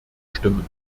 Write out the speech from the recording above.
stimmen